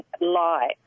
lie